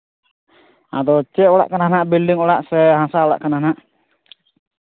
ᱟᱫᱚ ᱪᱮᱫ ᱚᱲᱟᱜ ᱠᱟᱱᱟ ᱦᱟᱸᱜ ᱵᱤᱞᱰᱤᱝ ᱚᱲᱟᱜ ᱥᱮ ᱦᱟᱥᱟ ᱚᱲᱟᱜ ᱠᱟᱱᱟ ᱦᱟᱸᱜ